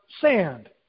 sand